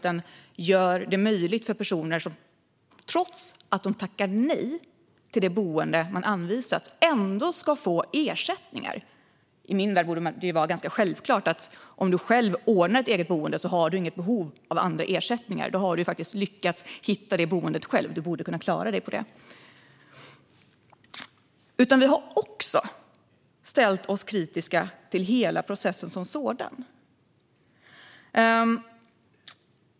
Den gör det möjligt för personer att få ersättningar trots att de tackar nej till ett anvisat boende. I min värld borde detta vara ganska självklart: Om du själv ordnar ett eget boende har du inget behov av andra ersättningar. Då har du faktiskt lyckats hitta det boendet själv. Du borde kunna klara dig på det. Vi har också ställt oss kritiska till hela processen som sådan.